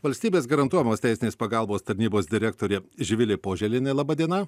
valstybės garantuojamos teisinės pagalbos tarnybos direktorė živilė poželienė laba diena